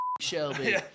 Shelby